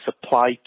supply